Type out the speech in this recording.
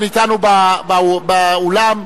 אתנו באולם.